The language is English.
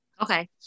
Okay